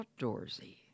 outdoorsy